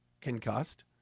concussed